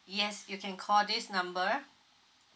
yes you can call this number